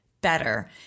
better